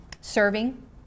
serving